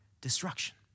destruction